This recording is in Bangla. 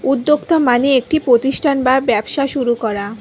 উদ্যোক্তা মানে একটি প্রতিষ্ঠান বা ব্যবসা শুরু করা